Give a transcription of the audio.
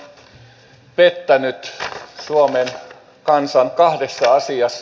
hallitus on pettänyt suomen kansan kahdessa asiassa